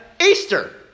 Easter